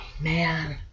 Man